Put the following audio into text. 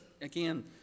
again